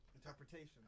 interpretation